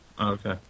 Okay